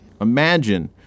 Imagine